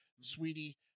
sweetie